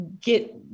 get